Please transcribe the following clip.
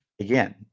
Again